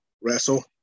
wrestle